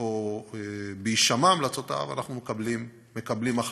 או בהישמע המלצותיו, אנחנו מקבלים החלטות.